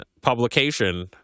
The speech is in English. publication